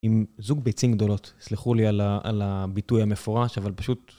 עם זוג ביצים גדולות, סלחו לי על הביטוי המפורש, אבל פשוט...